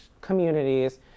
communities